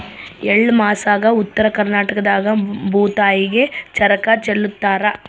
ಎಳ್ಳಮಾಸ್ಯಾಗ ಉತ್ತರ ಕರ್ನಾಟಕದಾಗ ಭೂತಾಯಿಗೆ ಚರಗ ಚೆಲ್ಲುತಾರ